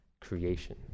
creation